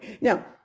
Now